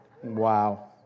Wow